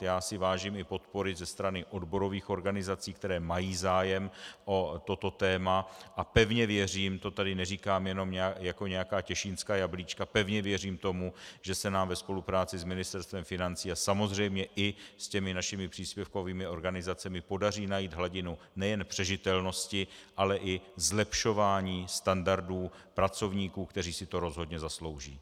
Já si vážím i podpory ze strany odborových organizací, které mají zájem o toto téma, a pevně věřím, to tu neříkám jenom jako nějaká těšínská jablíčka, pevně věřím tomu, že se nám ve spolupráci s Ministerstvem financí a samozřejmě i s našimi příspěvkovými organizacemi podaří najít hladinu nejen přežitelnosti, ale i zlepšování standardů pracovníků, kteří si to rozhodně zaslouží.